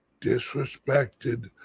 disrespected